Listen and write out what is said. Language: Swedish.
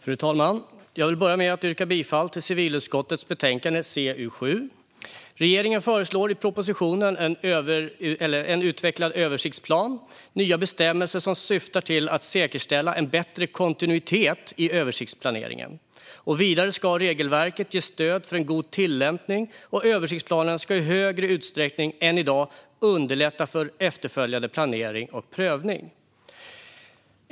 Fru talman! Jag vill börja med att yrka bifall till förslaget i civilutskottets betänkande CU7. Regeringen föreslår i propositionen En utvecklad översiktsplan ering nya bestämmelser som syftar till att säkerställa en bättre kontinuitet i översiktsplaneringen. Vidare ska regelverket ge stöd för en god tillämpning, och översiktsplanen ska i högre utsträckning än i dag underlätta för efterföljande planering och prövning.